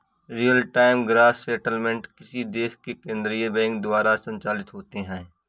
real time gross settlement किसी देश के केन्द्रीय बैंक द्वारा संचालित होते हैं